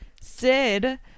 Sid